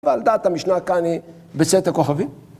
אבל דעת המשנה כאן היא בצאת הכוכבים?